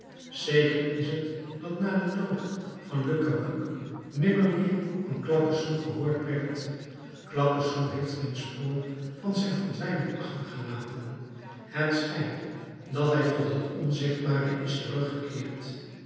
zeker is het dat na den dood van le cabuc nimmer meer van claquesous gehoord werd claquesous heeft geen spoor van zijn verdwijning achtergelaten het schijnt dat hij tot het onzichtbare is teruggekeerd